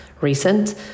recent